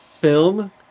film